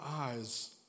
eyes